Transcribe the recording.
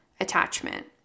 attachment